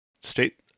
state